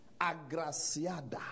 agraciada